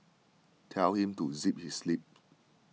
tell him to zip his lip